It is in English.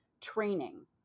training